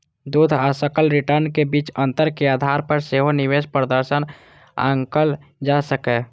शुद्ध आ सकल रिटर्न के बीच अंतर के आधार पर सेहो निवेश प्रदर्शन आंकल जा सकैए